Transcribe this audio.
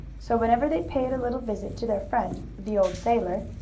so, whenever they paid a little visit to their friend, the old sailor,